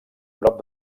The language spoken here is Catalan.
prop